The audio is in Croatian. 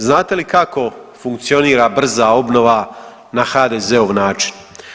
Znate li kako funkcionira brza obnova na HDZ-ov način?